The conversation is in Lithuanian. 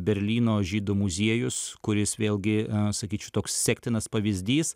berlyno žydų muziejus kuris vėlgi sakyčiau toks sektinas pavyzdys